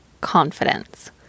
confidence